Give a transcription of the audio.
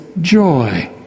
joy